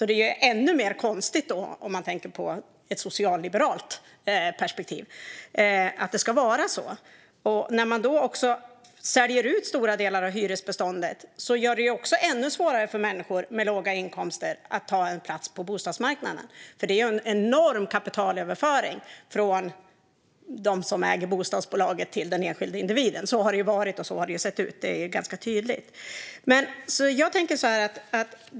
Det blir ännu mer konstigt att det ska vara så ur ett socialliberalt perspektiv. En utförsäljning av stora delar av hyresbeståndet gör det ännu svårare för människor med låga inkomster att ta en plats på bostadsmarknaden. Det är fråga om en enorm kapitalöverföring från dem som äger bostadsbolaget till den enskilda individen. Så har det varit, och så ser det ut - det är tydligt.